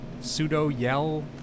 pseudo-yell